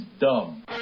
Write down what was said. dumb